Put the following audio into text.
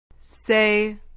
Say